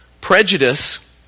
prejudice